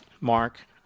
mark